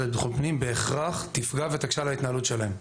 לביטחון פנים בהכרח תפגע ותקשה על ההתנהלות שלהם.